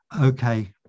okay